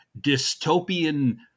dystopian